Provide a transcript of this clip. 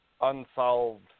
unsolved